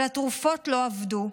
אבל התרופות לא עבדו.